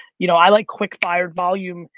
you know i like quick fired volume,